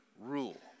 Rule